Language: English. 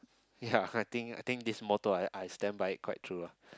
ya I think I think this motto I I stand by it quite true ah